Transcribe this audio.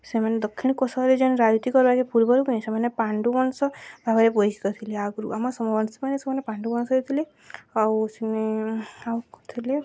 ସେମାନେ ଦକ୍ଷିଣ କୋଶଳରେ ଯେନ୍ ରାଜୁତିକ ପାଇଁ ପୂର୍ବରୁ କାଇଁ ସେମାନେ ପାଣ୍ଡୁବଂଶ ଭାବରେ ପରିଚିତ ଥିଲେ ଆଗରୁ ଆମ ସୋମବଂଶୀମାନେ ସେମାନେ ପାଣ୍ଡୁବଂଶ ହେଇଥିଲେ ଆଉ ସେ ଆଉ କହୁଥିଲେ